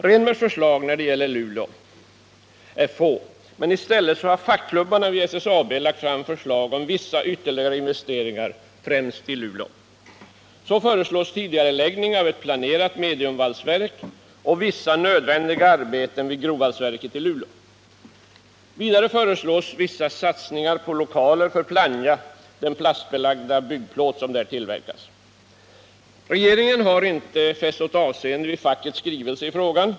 Rehnbergs förslag när det gäller Luleå är som sagt få, men i stället har fackklubbarna vid SSAB lagt fram förslag om vissa ytterligare investeringar främst i Luleå. Så föreslås t.ex. tidigareläggning av ett planerat mediumvalsverk och vissa nödvändiga arbeten vid grovvalsverket i Luleå. Vidare föreslås vissa satsningar på lokaler för Plannja AB och dess tillverkning av plastbelagd byggplåt. Regeringen har inte fäst något avseende vid fackets skrivelse i frågan.